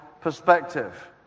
perspective